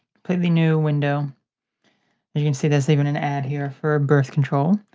completely new window. as you can see there is even an ad here for birth control.